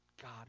God